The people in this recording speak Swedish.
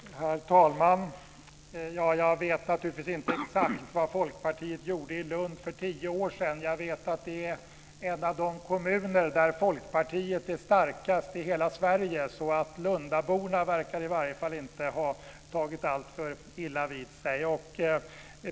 Herr talman! Jag vet naturligtvis inte exakt vad Folkpartiet gjorde i Lund för tio år sedan. Men jag vet att Lund är en av de kommuner där Folkpartiet är starkast i hela Sverige. Lundaborna verkar alltså inte ha tagit alltför illa vid sig.